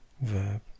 verb